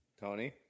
Tony